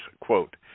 quote